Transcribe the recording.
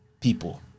people